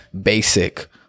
basic